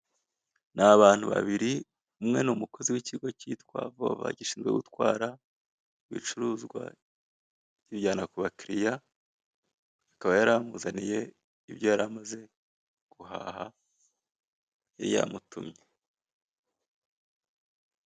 Ni abantu babiri umwe ni umukozi w'ikigo kitwa vuba gishinzwe gutwara, ibicuruzwa abijyanye bakiriya akaba yari amuzaniye ibyo yari amaze guhaha yari yamutumye.